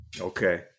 Okay